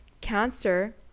Cancer